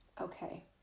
Okay